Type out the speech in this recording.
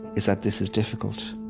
is that this is difficult